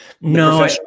No